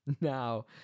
Now